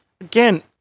Again